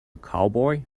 cowboy